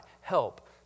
help